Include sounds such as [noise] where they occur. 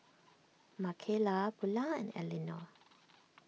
[noise] Makayla Bulah and Eleanor